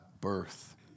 birth